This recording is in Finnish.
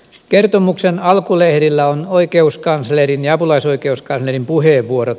kertomuksen alkulehdillä on oikeuskanslerin ja apulaisoikeuskanslerin puheenvuorot